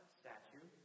statue